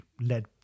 Led